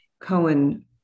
Cohen